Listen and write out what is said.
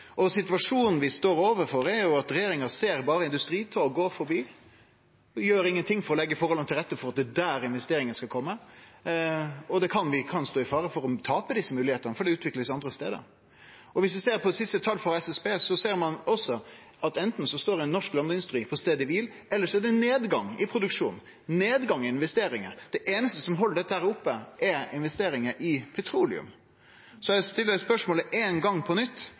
Situasjonen vi står overfor, er jo at regjeringa ser berre industritog gå forbi, gjer ingenting for å leggje forholda til rette for at det er der investeringane skal kome, og vi kan stå i fare for å tape desse moglegheitene fordi det blir utvikla andre stader. Dersom ein ser på dei siste tala frå SSB, ser ein at anten står norsk landindustri på staden kvil, eller så er det nedgang i produksjonen, nedgang i investeringar. Det einaste som held dette oppe, er investeringar innanfor petroleum. Så eg stiller spørsmålet ein gong til, for dette skal jo næringsministeren kunne svare på: